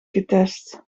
getest